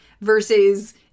versus